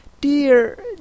Dear